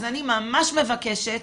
אז אני ממש מבקשת,